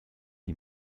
die